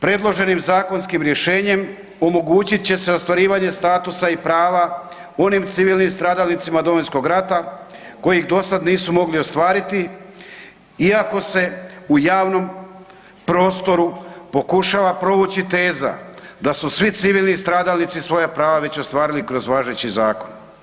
Predloženim zakonskim rješenjem omogućit će se ostvarivanje statusa i prava onih civilnim stradalnicima Domovinskog rata koji do sad nisu mogli ostvariti iako se u javnom prostoru pokušava provući teza da su svi civilni stradalnici svoja prava već ostvarili kroz važeći zakon.